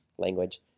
Language